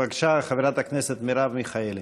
בבקשה, חברת הכנסת מרב מיכאלי.